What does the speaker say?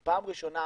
זו פעם ראשונה,